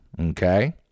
Okay